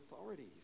authorities